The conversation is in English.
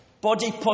Body